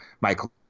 Michael